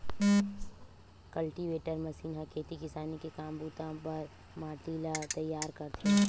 cultivator machine ह खेती किसानी के काम बूता बर माटी ल तइयार करथे